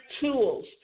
tools